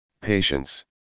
patience